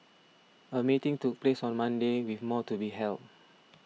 a meeting took place on Monday with more to be held